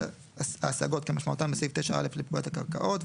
השגות כמשמעותם בסעיף 9א לפקודת הקרקעות,